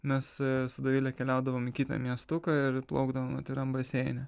mes su dovile keliaudavom į kitą miestuką ir plaukdavom atviram baseine